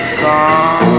song